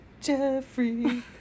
Jeffrey